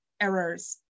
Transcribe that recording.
errors